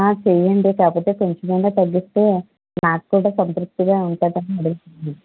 ఆ చెయ్యండి కాకపోతే కొంచెమైనా తగ్గిస్తే నాక్కూడా సంతృప్తిగా ఉంటుందని అడుగుతున్నాను